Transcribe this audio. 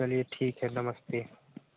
चलिए ठीक है नमस्ते